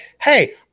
hey